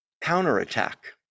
counterattack